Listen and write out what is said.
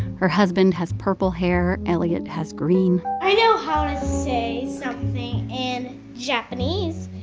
her husband has purple hair. elliott has green i know how to say something in japanese.